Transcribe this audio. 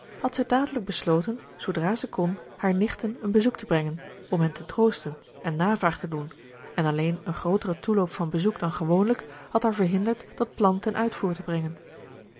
had zij dadelijk besloten zoodra ze kon haar nichten een bezoek te brengen om hen te troosten en navraag te doen en alleen een grootere toeloop van bezoek dan gewoonlijk had haar verhinderd dat plan ten uitvoer te brengen